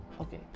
okay